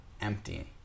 empty